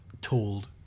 told